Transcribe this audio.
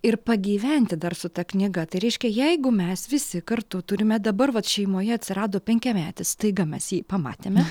ir pagyventi dar su ta knyga tai reiškia jeigu mes visi kartu turime dabar vat šeimoje atsirado penkiametis staiga mes jį pamatėme